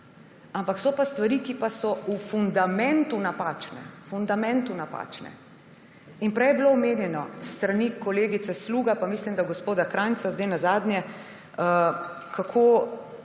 ampak so pa stvari, ki pa so v fundamentu napačne, v fundamentu napačne. Prej je bilo omenjeno s strani kolegice Sluga pa, mislim da, gospoda Kranjca zdaj nazadnje kar